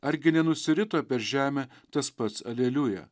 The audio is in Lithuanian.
argi nenusirito per žemę tas pats aleliuja